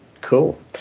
Cool